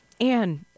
Anne